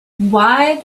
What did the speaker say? why